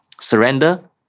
Surrender